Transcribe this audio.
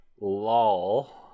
LOL